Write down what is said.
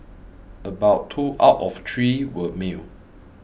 about two out of three were male